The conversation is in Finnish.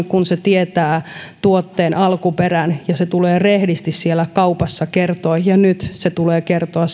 kun hän tietää tuotteen alkuperän ja se tulee rehdisti siellä kaupassa kertoa ja nyt se tulee kertoa